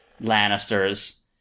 Lannisters